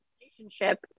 relationship